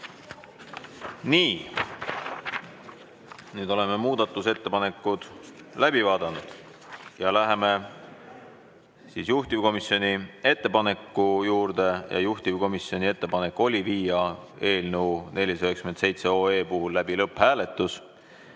toetust. Oleme muudatusettepanekud läbi vaadanud ja läheme juhtivkomisjoni ettepaneku juurde. Juhtivkomisjoni ettepanek oli viia eelnõu 497 puhul läbi lõpphääletus.